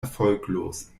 erfolglos